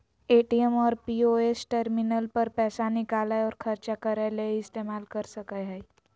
ATM और POS terminal पर पैसा निकालय और ख़र्चा करय ले इस्तेमाल कर सकय हइ